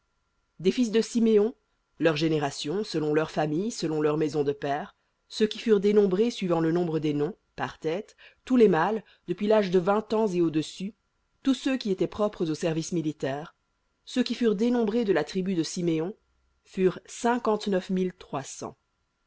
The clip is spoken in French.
des fils de siméon leurs générations selon leurs familles selon leurs maisons de pères ceux qui furent dénombrés suivant le nombre des noms par tête tous les mâles depuis l'âge de vingt ans et au-dessus tous ceux qui étaient propres au service militaire ceux qui furent dénombrés de la tribu de siméon furent